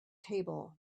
table